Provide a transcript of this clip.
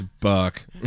Buck